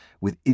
with